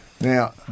Now